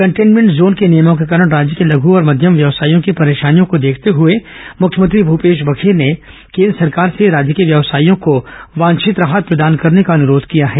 containment zone के नियमों के कारण राज्य के लघ और मध्यम व्यवसायियों की परेशानियों को देखते हुए मुख्यमंत्री भूपेश बघेल ने केन्द्र सरकार से राज्य के व्यावसायियों को वांछित राहत प्रदान करने का अनुरोध किया है